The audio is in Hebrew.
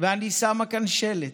ואני שמה כאן שלט,